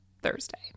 Thursday